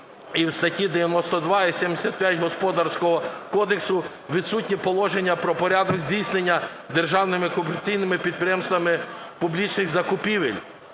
і в статті 92 і 75 Господарського кодексу відсутнє положення про порядок здійснення державними комерційними підприємствами публічних закупівель,